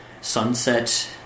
sunset